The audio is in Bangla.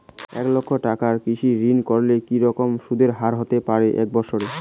এক লক্ষ টাকার কৃষি ঋণ করলে কি রকম সুদের হারহতে পারে এক বৎসরে?